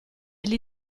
gli